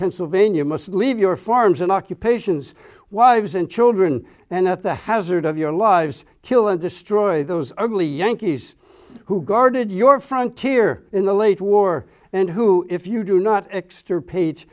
pennsylvania must leave your farms and occupations wives and children and at the hazard of your lives kill and destroy those are really yankees who guarded your front tier in the late war and who if you do not extra page